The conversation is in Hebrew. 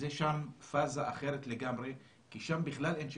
ששם זה פאזה אחרת לגמרי כי שם בכלל אין שיקום,